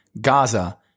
Gaza